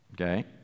okay